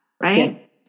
right